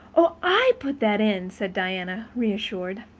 oh, i put that in, said diana, reassured.